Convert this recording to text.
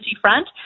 front